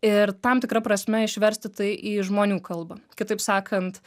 ir tam tikra prasme išversti tai į žmonių kalbą kitaip sakant